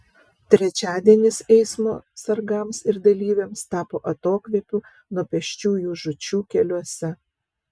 trečiadienis eismo sargams ir dalyviams tapo atokvėpiu nuo pėsčiųjų žūčių keliuose